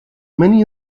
many